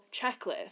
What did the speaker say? checklist